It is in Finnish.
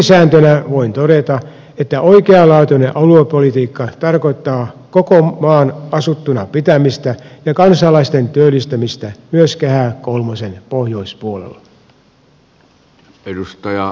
nyrkkisääntönä voin todeta että oikeanlaatuinen aluepolitiikka tarkoittaa koko maan asuttuna pitämistä ja kansalaisten työllistämistä myös kehä kolmosen pohjoispuolella